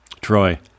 Troy